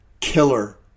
killer